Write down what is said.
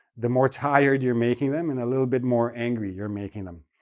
the more tired you're making them and a little bit more angry you're making them.